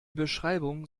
beschreibung